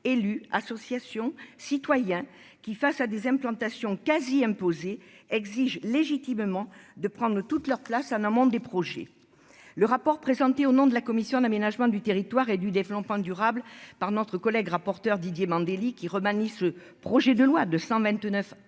élus, associations, citoyens qui, face à des implantations quasi imposé exigent légitimement de prendre toute leur place en amont des projets, le rapport présenté au nom de la commission de l'aménagement du territoire et du développement durable par notre collègue rapporteur Didier Mandelli qui remanie, ce projet de loi de 129